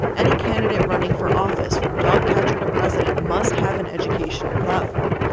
any candidate running for office from dogcatcher to president must have an educational platform.